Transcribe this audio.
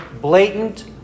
blatant